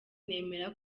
nemera